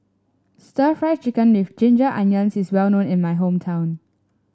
stir Fry Chicken with Ginger Onions is well known in my hometown